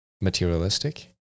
materialistic